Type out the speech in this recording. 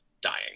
dying